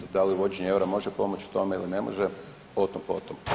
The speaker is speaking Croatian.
Da li uvođenje eura može pomoći tome ili ne može, o tom, potom.